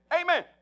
Amen